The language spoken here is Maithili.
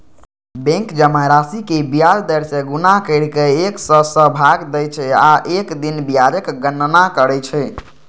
बैंक जमा राशि कें ब्याज दर सं गुना करि कें एक सय सं भाग दै छै आ एक दिन ब्याजक गणना करै छै